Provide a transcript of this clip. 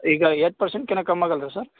ಈಗ ಏಟ್ ಪರ್ಸೆಂಟ್ಕಿಂತ ಕಮ್ಮಿ ಆಗಲ್ಲ ರೀ ಸರ್